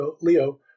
Leo